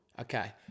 Okay